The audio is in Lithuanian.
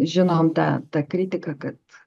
žinom tą tą kritiką kad